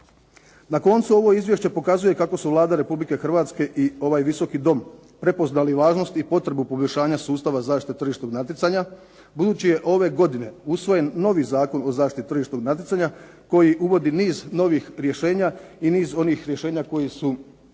Na koncu ovo izvješće pokazuje kako su Vlada Republike Hrvatske i ovaj Visoki dom prepoznali važnost i potrebu poboljšanja sustava zaštite tržišnog natjecanja budući je ove godine usvojen novi Zakon o zaštiti tržišnog natjecanja koji uvodi niz novih rješenja i niz onih rješenja koji su ugrađeni